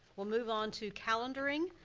we'll move onto calendering.